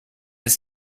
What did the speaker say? ist